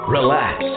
Relax